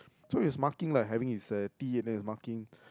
so he was marking like having his tea and he was marking